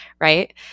right